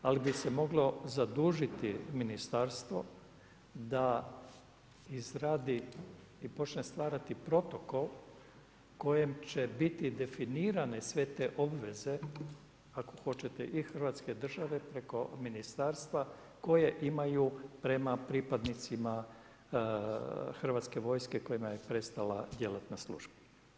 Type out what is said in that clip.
Ali bi se moglo zadužiti Ministarstvo da izradi i počne stvarati protokol kojim će biti definirane sve te obveze ako hoćete i Hrvatske države preko Ministarstva koje imaju prema pripadnicima Hrvatske vojske kojima je prestala djelatna služba.